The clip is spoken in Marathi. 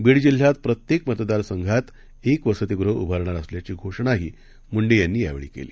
बीडजिल्ह्यातप्रत्येकमतदारसंघातएकवसतिगृहउभारणारअसल्याचीघोषणाहीमुंडेयांनीयावेळीकेली